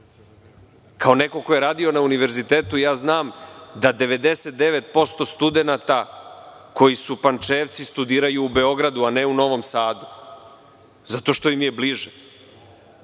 Kao neko ko je radio na univerzitetu, znam da 99% studenata koji su Pančevci, studiraju u Beogradu, a ne u Novom Sadu. Zato što im je bliže.